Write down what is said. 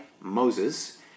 Moses